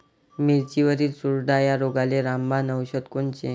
मिरचीवरील चुरडा या रोगाले रामबाण औषध कोनचे?